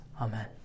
Amen